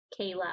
Kayla